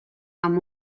amb